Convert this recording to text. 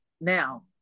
now